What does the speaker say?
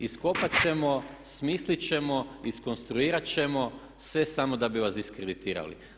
Iskopati ćemo, smisliti ćemo, iskonstruirati ćemo sve samo da bi vas diskreditirali.